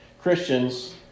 Christians